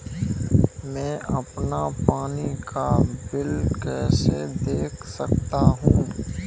मैं अपना पानी का बिल कैसे देख सकता हूँ?